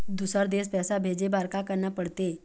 दुसर देश पैसा भेजे बार का करना पड़ते?